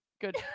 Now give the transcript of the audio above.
Good